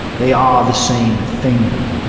they are the same thing.